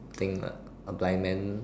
I think a blind man